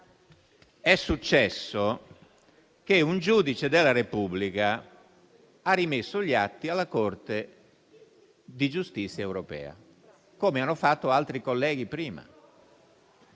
È successo che un giudice della Repubblica abbia rimesso gli atti alla Corte di giustizia europea, come hanno fatto altri colleghi prima.